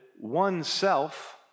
oneself